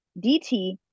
DT